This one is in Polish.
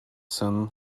sen